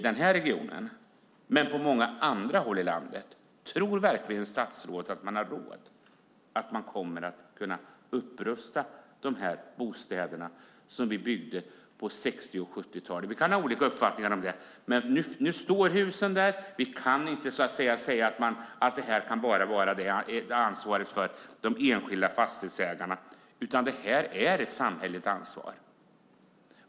Då avser jag inte i första hand de stenrika bostadsföretag vi har i Stockholmsregionen utan de i många andra regioner i landet. Vi kan ha olika uppfattningar om husen, men nu står de där och vi kan inte säga att det enbart är ett ansvar för de enskilda fastighetsägarna. Det är ett samhälleligt ansvar.